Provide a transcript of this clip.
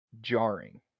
jarring